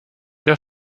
der